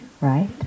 right